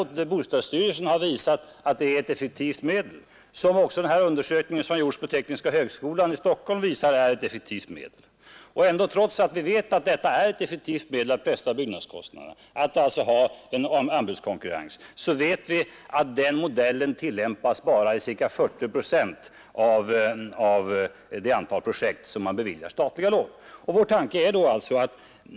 Också bostadsstyrelsen har ansett det vara ett effektivt medel, och den undersökning på tekniska högskolan i Stockholm som jag redovisade tidigare har visat att anbudskonkurrens är ett effektivt medel också när det gäller att hålla nere kostnaderna för småhus. Trots att vi vet att detta är ett effektivt medel att pressa byggnadskostnaderna tillämpas metoden bara i ca 40 procent av det antal projekt som man beviljar statliga lån till.